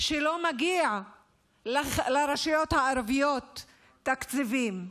שלא מגיע לרשויות הערביות תקציבים,